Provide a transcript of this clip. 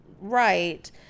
right